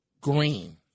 Green